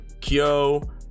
Kyo